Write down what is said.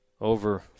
Over